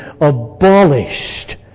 abolished